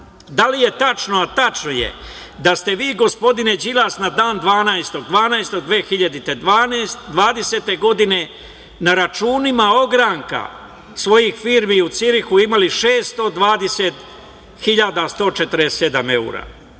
da li je tačno, a tačno je, da ste vi gospodine Đilas na dan 12. decembra 2020. godine na računima ogranka svojih firmi u Cirihu imali 620.147